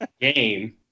game